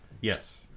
Yes